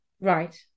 right